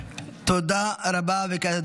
כדי שהמצב